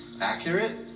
accurate